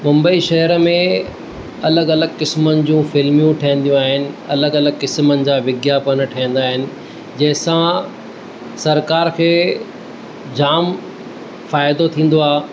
मुंबई शहर में अलॻि अलॻि क़िस्मनि जूं फिल्मूं ठहंदियूं आहिनि अलॻि अलॻि क़िस्मनि जा विज्ञापन ठहंदा आहिनि जंहिं सां सरिकार खे जामु फ़ाइदो थींदो आहे